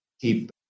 keep